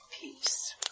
peace